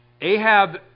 Ahab